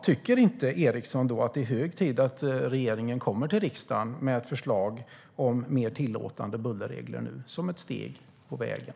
Tycker inte Eriksson att det är hög tid att regeringen kommer till riksdagen med ett förslag om mer tillåtande bullerregler, som ett steg på vägen?